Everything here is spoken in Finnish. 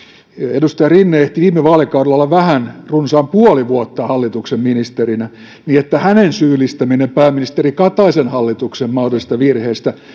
edustaja rinne ehti viime vaalikaudella olla vähän aikaa runsaan puoli vuotta hallituksen ministerinä niin että hänen syyllistämisensä pääministeri kataisen hallituksen mahdollisista virheistä